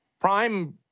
prime